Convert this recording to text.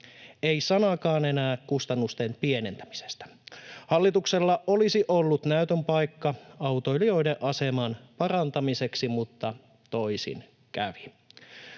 ei sanaakaan enää kustannusten pienentämisestä. Hallituksella olisi ollut näytön paikka autoilijoiden aseman parantamiseksi, mutta toisin kävi.